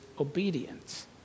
obedience